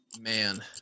man